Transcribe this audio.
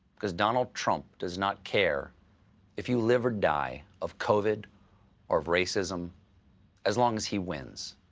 because donald trump does not care if you live or die of covid or of racism as long as he wins.